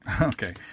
Okay